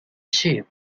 sheep